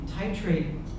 titrate